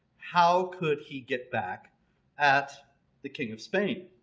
how could he get back at the king of spain?